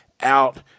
out